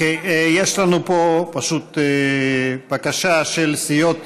יש לנו פה בקשה של סיעות